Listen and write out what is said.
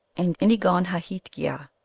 and enigonhahetgea,